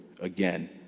Again